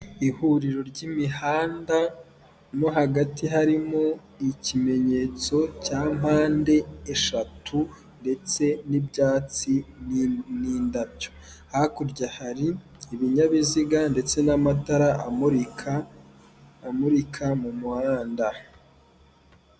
Ihuriro ry'imihanda no hagati harimo n'ikimenyetso cya mpande eshatu ndetse n'ibyatsi n'indabyo, hakurya hari ibinyabiziga ndetse n'amatara amurika m'umuhanda.